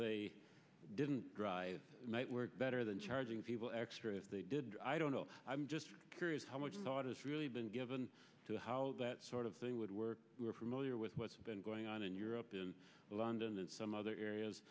they didn't drive better than charging people extra if they did i don't know i'm just curious how much thought is really been given to how that sort of thing would work we are familiar with what's been going on in europe in london and some other areas